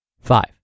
Five